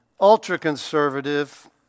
ultra-conservative